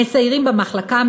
הם מסיירים במחלקה,